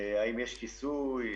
האם יש כיסוי.